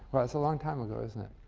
that's a long time ago, isn't it?